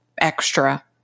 extra